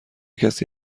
کسی